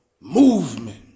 movement